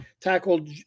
tackled